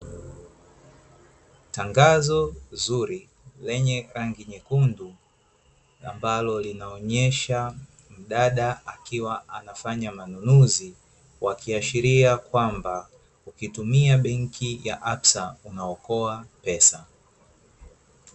Tangazo zuri, lenye rangi nyekundu ambalo linaonyesha mdada akiwa nafanya manunuzi, wakiashiria kwamba, ukitumia benki ya absa unaokoa pesa.